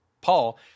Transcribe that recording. Paul